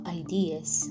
ideas